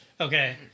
Okay